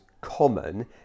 common